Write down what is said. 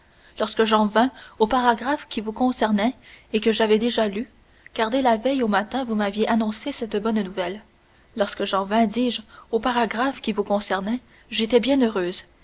lorsque j'en vins au paragraphe qui vous concernait et que j'avais déjà lu car dès la veille au matin vous m'aviez annoncé cette bonne nouvelle lorsque j'en vins dis-je au paragraphe qui vous concernait j'étais bien heureuse